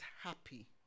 happy